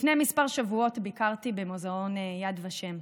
לפני כמה שבועות ביקרתי במוזיאון יד ושם,